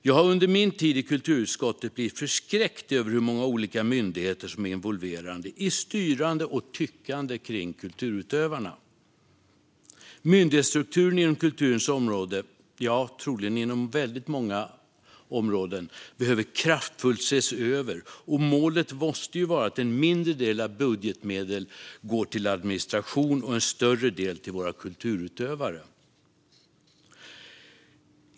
Jag har under min tid i kulturutskottet blivit förskräckt över hur många olika myndigheter som är involverade i styrande och tyckande kring kulturutövarna. Myndighetsstrukturen inom kulturens område - ja, troligen inom väldigt många områden - behöver kraftfullt ses över, och målet måste vara att en mindre del av budgetmedlen går till administration och en större del till våra kulturutövare.